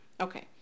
Okay